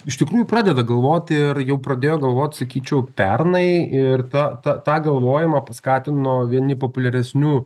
iš tikrųjų pradeda galvoti ar jau pradėjo galvot sakyčiau pernai ir ta ta tą galvojimą paskatino vieni populiaresnių